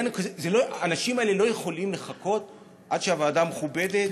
האנשים האלה לא יכולים לחכות עד שהוועדה המכובדת